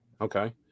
Okay